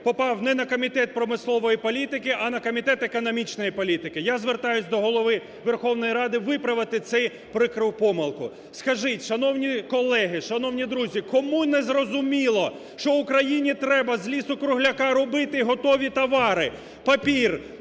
попав не на Комітет промислової політики, а на Комітет економічної політики. Я звертаюсь до Голови Верховної Ради виправити цю прикру помилку. Скажіть, шановні колеги, шановні друзі, кому незрозуміло, що Україні треба з лісу-кругляка робити готові товари: папір,